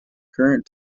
current